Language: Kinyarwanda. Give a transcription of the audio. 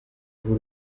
b’u